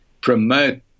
promote